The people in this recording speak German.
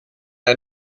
der